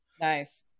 Nice